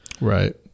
right